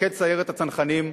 מפקד סיירת הצנחנים,